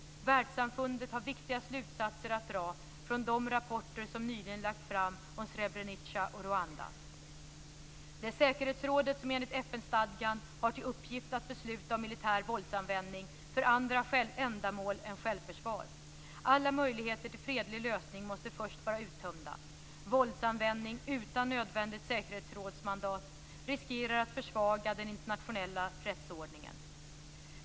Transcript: Världssamfundet har viktiga slutsatser att dra från de rapporter som nyligen lagts fram om Srebrenica och Rwanda. Det är säkerhetsrådet som enligt FN-stadgan har till uppgift att besluta om militär våldsanvändning för andra ändamål än självförsvar. Alla möjligheter till fredlig lösning måste först vara uttömda. Våldsanvändning utan nödvändigt säkerhetsrådsmandat riskerar att försvaga den internationella rättsordningen.